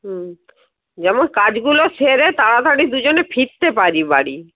হুম যেন কাজগুলো সেরে তাড়াতাড়ি দুজনে ফিরতে পারি বাড়ি